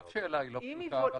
אף שאלה לא פשוטה.